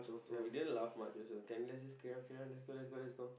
ya we didn't laugh much also can lets just carry on carry on lets go lets go lets go